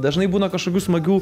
dažnai būna kažkokių smagių